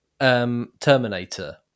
Terminator